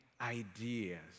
ideas